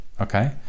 Okay